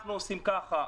אנחנו עושים ככה,